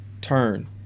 turn